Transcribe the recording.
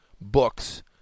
books